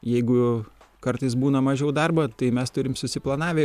jeigu kartais būna mažiau darbo tai mes turim susiplanavę